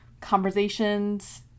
conversations